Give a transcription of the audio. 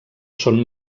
són